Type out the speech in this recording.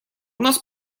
нас